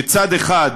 כשצד אחד,